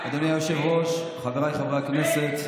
אדוני היושב-ראש, חבריי חברי הכנסת,